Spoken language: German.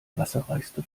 wasserreichste